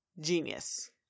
Genius